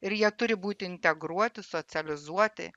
ir jie turi būt integruoti socializuoti